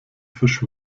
fisch